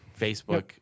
Facebook